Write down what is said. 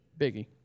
Biggie